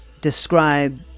describe